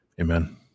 amen